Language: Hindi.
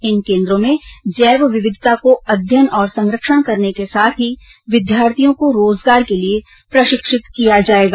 इन केन्द्रों में जैव विविधता को अध्ययन और संरक्षण करने के साथ ही विद्यार्थियों को रोजगार के लिए प्रशिक्षित किया जायेगा